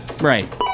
Right